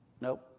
Nope